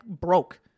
broke